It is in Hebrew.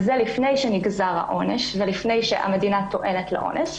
וזה לפני שנגזר העונש ולפני שהמדינה טוענת לעונש,